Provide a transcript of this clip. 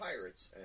pirates